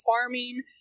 farming